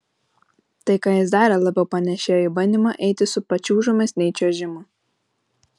tai ką jis darė labiau panėšėjo į bandymą eiti su pačiūžomis nei čiuožimą